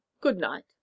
good-night